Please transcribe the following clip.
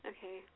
Okay